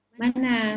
mana